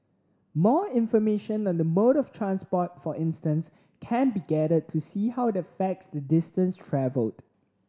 more information on the mode of transport for instance can be gathered to see how it affects the distance travelled